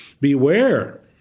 Beware